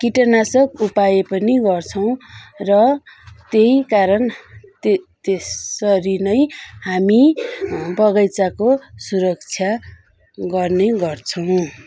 कीटनाशक उपाय पनि गर्छौँ र त्यही कारण त्य त्यसरी नै हामी बगैँचाको सुरक्षा गर्ने गर्छौँ